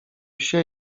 wsie